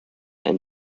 and